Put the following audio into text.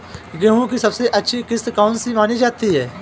गेहूँ की सबसे अच्छी किश्त कौन सी मानी जाती है?